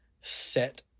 set